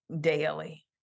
daily